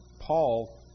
Paul